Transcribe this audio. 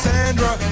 Sandra